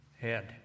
head